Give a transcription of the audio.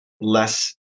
less